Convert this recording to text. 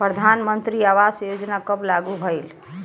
प्रधानमंत्री आवास योजना कब लागू भइल?